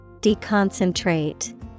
Deconcentrate